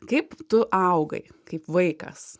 kaip tu augai kaip vaikas